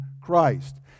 christ